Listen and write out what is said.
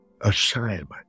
assignment